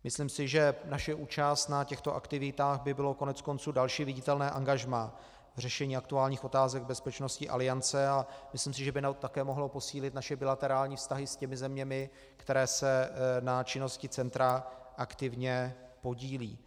Myslím si, že naše účast na těchto aktivitách by bylo koneckonců další viditelné angažmá v řešení aktuálních otázek bezpečnosti Aliance, a myslím si, že by také mohlo posílit naše bilaterální vztahy s těmi zeměmi, které se na činnosti centra aktivně podílejí.